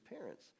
parents